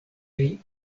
pri